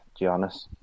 Giannis